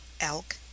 elk